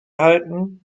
halten